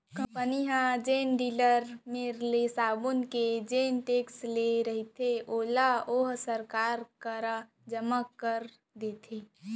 company ह जेन dealer मेर ले साबून के जेन टेक्स ले रहिथे ओला ओहा सरकार करा जमा करा देथे